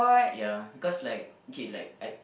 ya cause like K like I